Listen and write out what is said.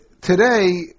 Today